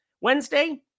Wednesday